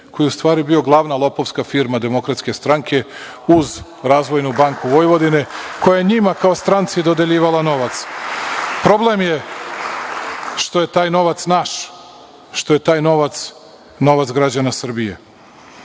koji je u stvari bio glavna lopovska firma DS, uz „Razvojnu banku Vojvodine“, koja je njima kao stranci dodeljivala novac. Problem je što je taj novac naš, što je taj novac - novac građana Srbije.